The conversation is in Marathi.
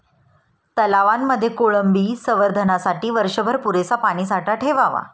तलावांमध्ये कोळंबी संवर्धनासाठी वर्षभर पुरेसा पाणीसाठा ठेवावा